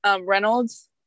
Reynolds